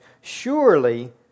Surely